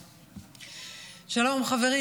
חברים.